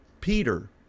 Peter